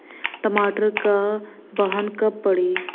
टमाटर क बहन कब पड़ी?